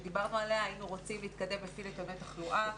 עליה דיברנו היינו רוצים להתקדם לפי מקדם תחלואה,